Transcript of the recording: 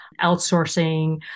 outsourcing